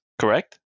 Correct